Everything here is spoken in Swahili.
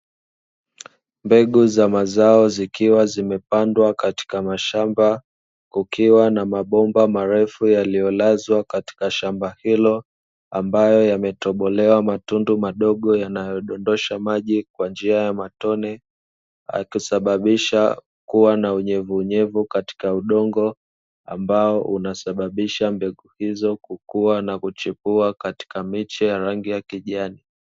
Mbegu za mazao zikiwa zimepandwa katika mashamba kukiwa na mabomba marefu yaliyolazwa katika shamba hilo ambayo yametobolewa matundu madogo yanayodondosha maji kwa njia ya matone ,yakisababisha kuwa na unyevunyevu katika udongo, ambao unasababisha mbegu hizo kukua na kuchipua katika miche ya rangi ya kijani.